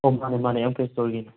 ꯑꯣ ꯃꯥꯅꯦ ꯃꯥꯅꯦ ꯑꯦꯝ ꯀꯦ ꯏꯁꯇꯣꯔꯒꯤꯅꯤ